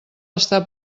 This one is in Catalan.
està